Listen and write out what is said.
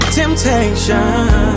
temptation